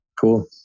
Cool